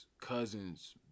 cousins